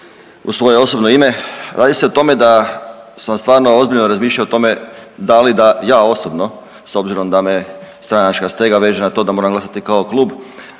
u svoje osobno ime. Radi se o tome da sam stvarno ozbiljno razmišljao o tome da li da ja osobno s obzirom da me stranačka stega veže na to da moram glasati kao klub,